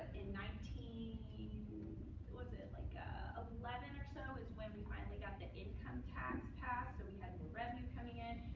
in nineteen what was it? like ah eleven, or so, was when we finally got the income tax passed. and we had more revenue coming in.